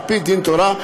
על-פי דין תורה,